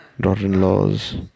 daughter-in-laws